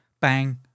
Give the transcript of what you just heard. Bang